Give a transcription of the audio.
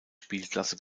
spielklasse